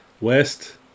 west